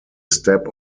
step